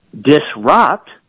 disrupt